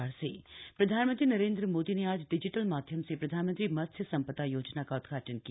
मत्स्य सं दा योजना प्रधानमंत्री नरेंद्र मोदी ने आज डिजिटल माध्यम से प्रधानमंत्री मत्स्य सं दा योजना का उदघाटन किया